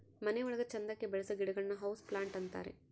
ಮನೆ ಒಳಗ ಚಂದಕ್ಕೆ ಬೆಳಿಸೋ ಗಿಡಗಳನ್ನ ಹೌಸ್ ಪ್ಲಾಂಟ್ ಅಂತಾರೆ